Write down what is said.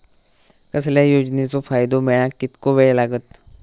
कसल्याय योजनेचो फायदो मेळाक कितको वेळ लागत?